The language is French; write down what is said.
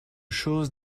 choses